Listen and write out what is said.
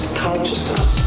consciousness